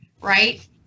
right